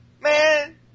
Man